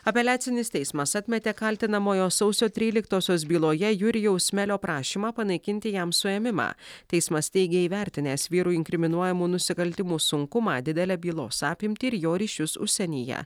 apeliacinis teismas atmetė kaltinamojo sausio tryliktosios byloje jurijaus melio prašymą panaikinti jam suėmimą teismas teigė įvertinęs vyrui inkriminuojamų nusikaltimų sunkumą didelę bylos apimtį ir jo ryšius užsienyje